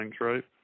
right